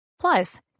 Plus